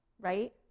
right